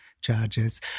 charges